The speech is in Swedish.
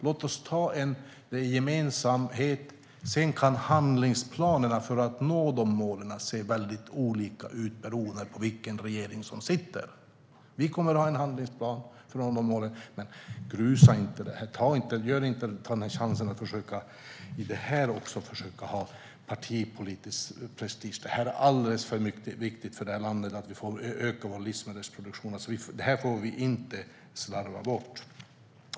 Låt oss ta det här gemensamt. Sedan kan handlingsplanerna för att nå målen se mycket olika ut beroende på vilken regering som sitter. Vi kommer att ha en handlingsplan för att nå målen, men försök att inte även i det här ha partipolitisk prestige. Det är alldeles för viktigt för det här landet att vi ökar vår livsmedelsproduktion. Det här får vi inte slarva bort.